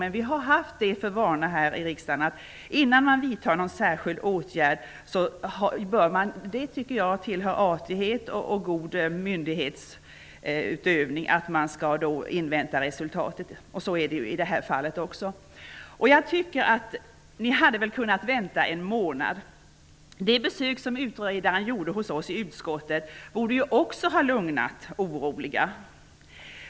Men vi har haft för vana i riksdagen att innan någon särskild åtgärd vidtages invänta resultat, vilket tillhör god artighet och myndighetsutövning. Så är fallet även nu. Ni hade väl kunnat vänta en månad åtminstone. Det besök som utredaren gjorde hos oss i utskottet borde ju också ha lugnat oroliga.